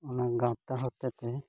ᱚᱱᱟ ᱜᱟᱶᱛᱟ ᱦᱚᱛᱮᱛᱮ